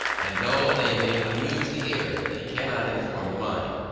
and though they may amuse the ear, they cannot inform the mind,